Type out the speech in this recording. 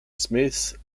smith